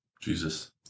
Jesus